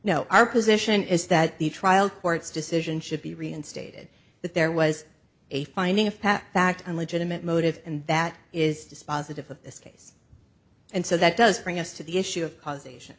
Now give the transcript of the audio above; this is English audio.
know our position is that the trial court's decision should be reinstated that there was a finding of past fact and legitimate motive and that is dispositive of this case and so that does bring us to the issue of causation